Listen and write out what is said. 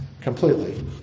completely